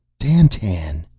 dandtan!